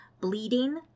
bleeding